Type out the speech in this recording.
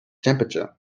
temperature